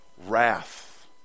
Wrath